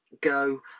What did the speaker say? go